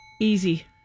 Easy